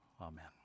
Amen